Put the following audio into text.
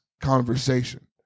conversation